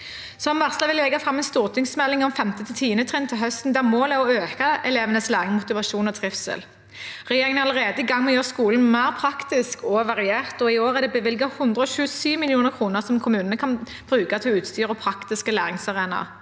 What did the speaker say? Som varslet vil vi legge fram en stortingsmelding om 5.–10. trinn til høsten, der målet er å øke elevenes læring, motivasjon og trivsel. Regjeringen er allerede i gang med å gjøre skolen mer praktisk og variert, og i år er det bevilget 127 mill. kr som kommunene kan bruke til utstyr og praktiske læringsarenaer.